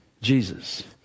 Jesus